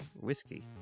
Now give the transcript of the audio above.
whiskey